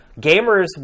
Gamers